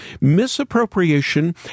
misappropriation